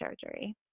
surgery